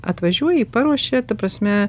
atvažiuoji paruošia ta prasme